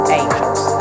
angels